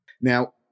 now